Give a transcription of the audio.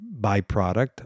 byproduct